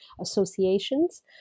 associations